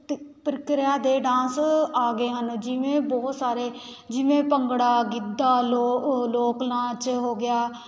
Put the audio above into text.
ਤ ਪ੍ਰਕਿਰਿਆ ਦੇ ਡਾਂਸ ਆ ਗਏ ਹਨ ਜਿਵੇਂ ਬਹੁਤ ਸਾਰੇ ਜਿਵੇਂ ਭੰਗੜਾ ਗਿੱਧਾ ਲੋ ਓ ਲੋਕ ਨਾਚ ਹੋ ਗਿਆ